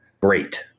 great